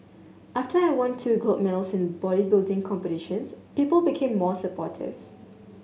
after I won two gold medals in bodybuilding competitions people became more supportive